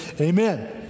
Amen